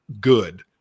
good